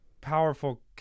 powerful